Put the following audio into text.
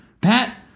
Pat